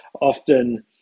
often